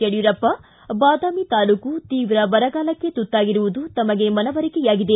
ಯಡಿಯೂರಪ್ಪ ಬಾದಾಮಿ ತಾಲೂಕು ತೀವ್ರ ಬರಗಾಲಕ್ಕೆ ತುತ್ತಾಗಿರುವುದು ತಮಗೆ ಮನವರಿಕೆಯಾಗಿದೆ